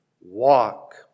walk